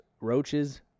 roaches